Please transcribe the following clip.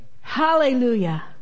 Hallelujah